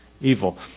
evil